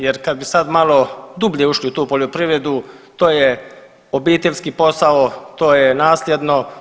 Jer kad bi sad malo dublje ušli u tu poljoprivredu to je obiteljski posao, to je nasljedno.